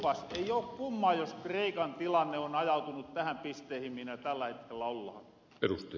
ei oo kumma jos kreikan tilanne on ajautunut tähän pisteehin mihinä tällä hetkellä ollahan